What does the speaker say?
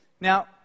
Now